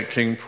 King